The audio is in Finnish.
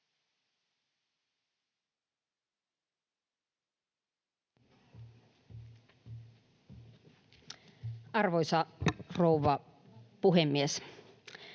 Arvoisa rouva puhemies!